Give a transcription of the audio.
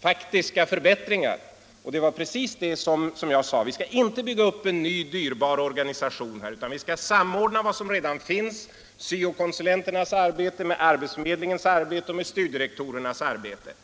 faktiska förbättringar, och det var precis det som jag sade. Vi skall inte bygga upp en ny dyrbar organisation, utan vi skall samordna vad som redan finns — syo-konsulenternas arbete med arbetsförmedlingens och med studierektorernas arbete.